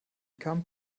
kam